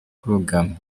rwugamo